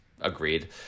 Agreed